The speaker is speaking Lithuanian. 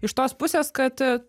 iš tos pusės kad